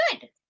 Good